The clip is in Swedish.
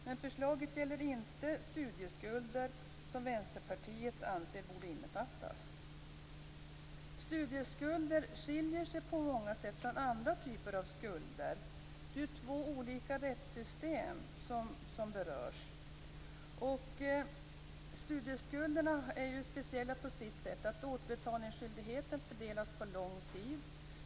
Men förslaget gäller inte studieskulder, som Vänsterpartiet anser borde innefattas. Studieskulder skiljer sig på många sätt från andra typer av skulder. Det är två olika rättssystem som berörs. Studieskulderna är speciella på det sättet att återbetalningsskyldigheten fördelas på lång tid.